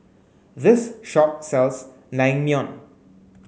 this shop sells Naengmyeon